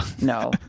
no